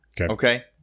Okay